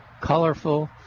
colorful